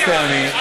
חיצוני,